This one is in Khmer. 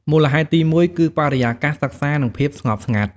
មូលហេតុទីមួយ គឺ បរិយាកាសសិក្សា និងភាពស្ងប់ស្ងាត់ ។